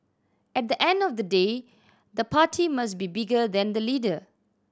at the end of the day the party must be bigger than the leader